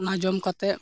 ᱚᱱᱟ ᱡᱚᱢ ᱠᱟᱛᱮᱫ